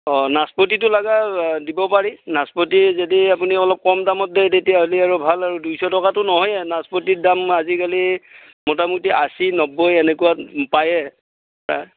অ নাচপতিটো লগা দিব পাৰি নাচপতি যদি আপুনি অলপ কম দামত দিয়ে তেতিয়াহ'লে আৰু ভাল আৰু দুইশ টকাটো নহয় নাচপতিৰ দাম আজিকালি মোটামুটি আশী নব্বৈ এনেকুৱাত পায়েই